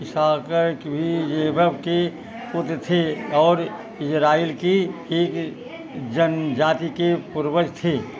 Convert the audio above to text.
इस्साकार भी जेकब के पुत्र थे और इजराइल की एक जनजाति के पूर्वज थे